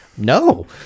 No